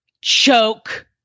choke